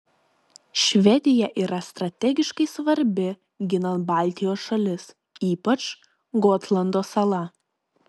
švedija yra strategiškai svarbi ginant baltijos šalis ypač gotlando sala